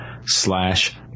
slash